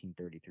1933